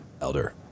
Elder